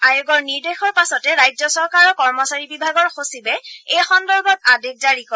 আয়োগৰ নিৰ্দেশৰ পাছতে ৰাজ্য চৰকাৰৰ কৰ্মচাৰী বিভাগৰ সচিবে এই সন্দৰ্ভত আদেশ জাৰি কৰে